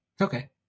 Okay